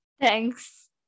Thanks